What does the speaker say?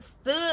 stood